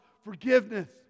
forgiveness